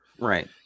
Right